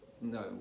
No